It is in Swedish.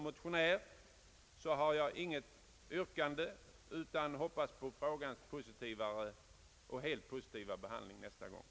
b) besluta placera dessa två professurer i geriatrik så, att ämnet bleve företrätt vid vart och ett av lärosätena i Stockholm, Göteborg och Uppsala;